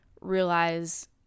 realize